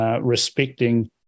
respecting